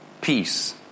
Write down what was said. peace